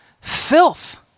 filth